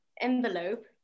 envelope